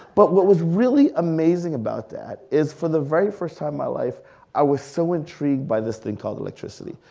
but what was really amazing about that, is for the very first time in my life i was so intrigued by this thing called electricity.